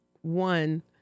one